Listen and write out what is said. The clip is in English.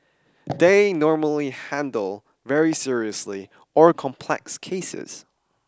they normally handle very seriously or complex cases